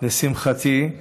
לשמחתי,